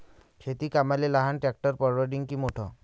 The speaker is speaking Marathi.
शेती कामाले लहान ट्रॅक्टर परवडीनं की मोठं?